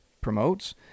promotes